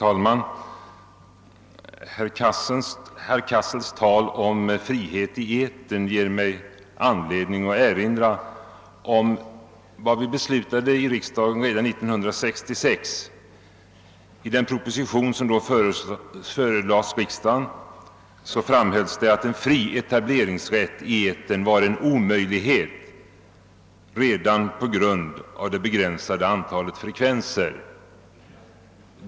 Herr talman! Herr Cassels tal om frihet i etern ger mig anledning att erinra om vad vi beslutade i riksdagen redan 1966. I den proposition som då förelades riksdagen framhölls att en fri etableringsrätt i etern är en omöjlighet redan på grund av det begränsade antalet frekvenser.